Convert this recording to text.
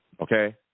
okay